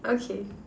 okay